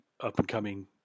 up-and-coming